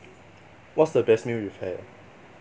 what's the best meal you've had